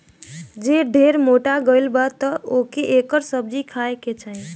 जे ढेर मोटा गइल बा तअ ओके एकर सब्जी खाए के चाही